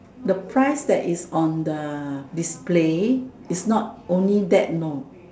the price that is on the display is not only that lor